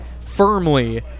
firmly